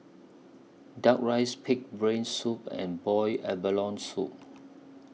Duck Rice Pig'S Brain Soup and boiled abalone Soup